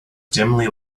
dimly